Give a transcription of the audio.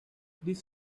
this